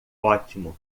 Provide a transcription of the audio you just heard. ótimo